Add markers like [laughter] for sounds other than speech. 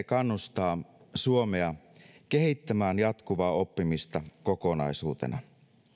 [unintelligible] kannustaa suomea kehittämään jatkuvaa oppimista kokonaisuutena